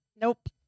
Nope